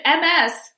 MS